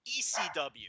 ECW